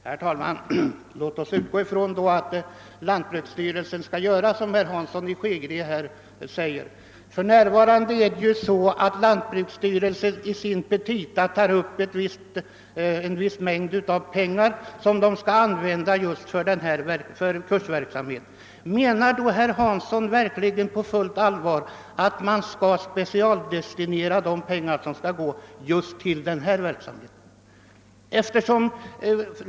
Herr talman! Låt oss utgå från att lantbruksstyrelsen skall göra som herr Hansson i Skegrie säger. För närvarande tar lantbruksstyrelsen i sina petita upp en viss mängd pengar att användas just för kursverksamhet. Menar herr Hansson i Skegrie på fullt allvar att man skall specialdestinera dessa pengar just till denna verksamhet?